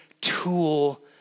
tool